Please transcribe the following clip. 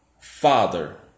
Father